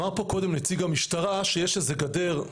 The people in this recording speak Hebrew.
אמר פה קודם נציג המשטרה שיש איזה גדר,